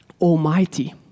almighty